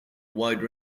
wide